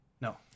No